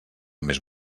més